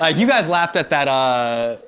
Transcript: ah you guys laughed at that, ah,